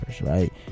right